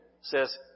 says